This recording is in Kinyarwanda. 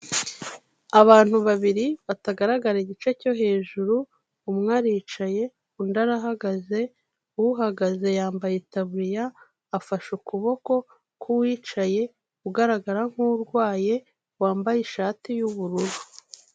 Abantu babiri batagaragara igice cyo hejuru, umwe aricaye, undi ara ahagaze, uhagaze yambaye itaburiya, afashe ukuboko k'uwicaye ugaragara nk'urwaye, wambaye ishati y'ubururu.